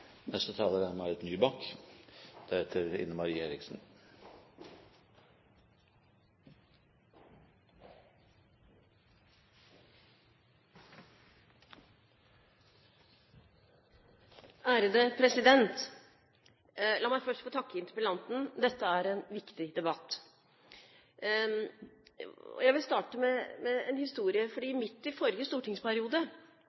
La meg først få takke interpellanten. Dette er en viktig debatt. Jeg vil starte med en historie.